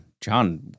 john